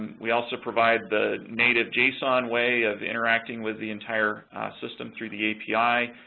we also provide the native json way of interacting with the entire system through the api,